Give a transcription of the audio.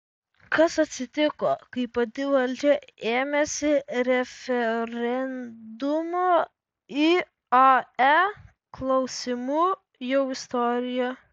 kas atsitiko kai pati valdžia ėmėsi referendumo iae klausimu jau istorija